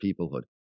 peoplehood